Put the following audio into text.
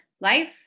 life